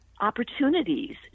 opportunities